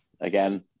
again